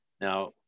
now